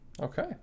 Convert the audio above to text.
Okay